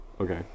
okay